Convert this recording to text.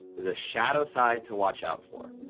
there's a shadow side to watch out for.